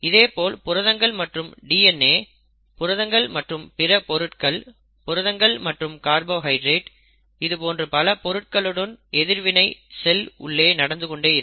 இதேபோல் புரதங்கள் மற்றும் DNA புரதங்கள் மற்றும் பிற பொருட்கள் புரதங்கள் மற்றும் கார்போஹைட்ரேட் இது போன்று பல பொருட்களுடன் எதிர்வினைகள் செல் உள்ளே நடக்கும்